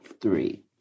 three